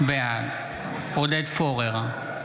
בעד עודד פורר,